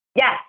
Yes